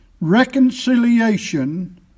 reconciliation